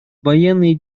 военные